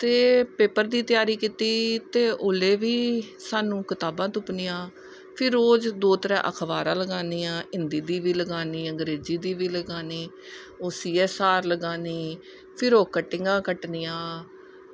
ते पेपर दी तैयारी कीती ते उसले बी स्हानू कताबां तुप्पनियां फिर रोज़ दो त्रै अखबारां लगानियां हिन्दी दी बी लगानी अंग्रेजी दी बी लगानी सी ऐस आर लगानी फिर कटिंगां कट्टनियां